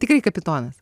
tikrai kapitonas